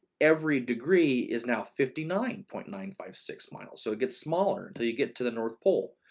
every degree is now fifty nine point nine five six miles. so it gets smaller until you get to the north pole,